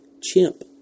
chimp